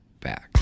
back